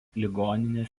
ligoninės